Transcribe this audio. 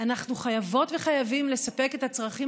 אנחנו חייבות וחייבים לספק את הצרכים